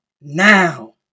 now